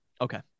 Okay